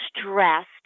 stressed